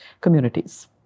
communities